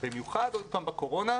במיוחד בתקופת הקורונה,